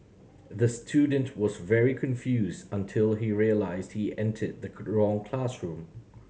the student was very confused until he realised he entered the wrong classroom